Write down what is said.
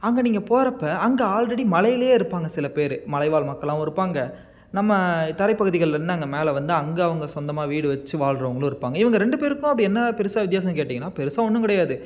அங்கே நீங்கள் போறப்போ அங்கே ஆல்ரெடி மலையிலேயே இருப்பாங்க சில பேர் மலைவாழ் மக்களாகவும் இருப்பாங்க நம்ம தரை பகுதிகள்லேருந்து அங்கே மேலே வந்து அங்க அவங்க சொந்தமாக வீடு வச்சு வாழ்கிறவங்களும் இருப்பாங்க இவங்க ரெண்டு பேருக்கும் அப்படி என்ன பெருசாக வித்தியாசன்னு கேட்டிங்கன்னா பெருசாக ஒன்றும் கிடையாது